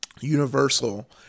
universal